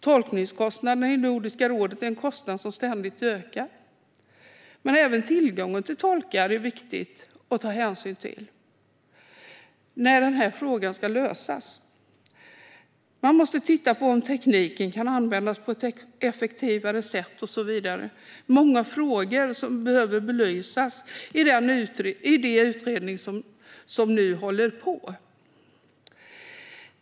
Tolkningskostnaderna i Nordiska rådet är en kostnad som ständigt ökar, men det är även viktigt att ta hänsyn till tillgången på tolkar när frågan ska lösas. Man måste titta på om tekniken kan användas på ett effektivare sätt och så vidare. Det finns många frågor som behöver belysas i det utredningsarbete som nu sker.